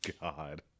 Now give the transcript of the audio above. god